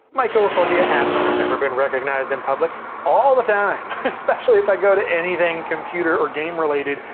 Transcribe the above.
mycophobia asks, ever been recognized in public? all the time, especially if i go to anything computer or game related,